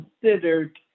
considered